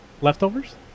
Leftovers